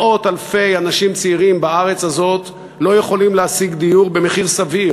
מאות-אלפי אנשים צעירים בארץ הזאת לא יכולים להשיג דיור במחיר סביר,